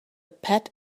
pat